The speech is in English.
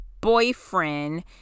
boyfriend